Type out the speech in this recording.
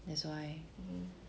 that's why